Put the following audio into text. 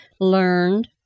learned